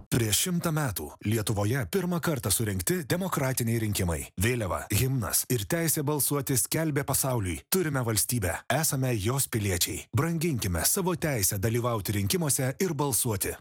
prieš šimtą metų lietuvoje pirmą kartą surengti demokratiniai rinkimai vėliava himnas ir teisė balsuoti skelbia pasauliui turime valstybę esame jos piliečiai branginkime savo teisę dalyvauti rinkimuose ir balsuoti